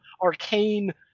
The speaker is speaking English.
arcane